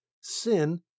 sin